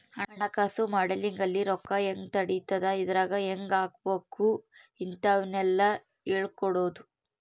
ಹಣಕಾಸು ಮಾಡೆಲಿಂಗ್ ಅಲ್ಲಿ ರೊಕ್ಕ ಹೆಂಗ್ ನಡಿತದ ಎದ್ರಾಗ್ ಹೆಂಗ ಹಾಕಬೇಕ ಇಂತವೆಲ್ಲ ಹೇಳ್ಕೊಡೋದು